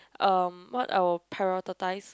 um what I will prioritise